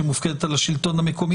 שמופקדת על השלטון המקומי,